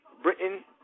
Britain